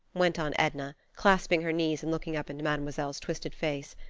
went on edna, clasping her knees and looking up into mademoiselle's twisted face,